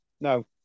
no